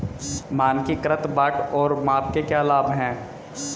मानकीकृत बाट और माप के क्या लाभ हैं?